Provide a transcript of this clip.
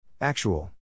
Actual